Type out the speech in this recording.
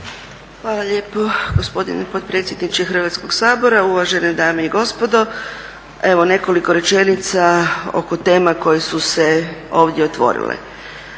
Hvala lijepo gospodine potpredsjedniče Hrvatskoga sabora, uvažene dame i gospodo. Evo nekoliko rečenica oko tema koje su se ovdje otvorile.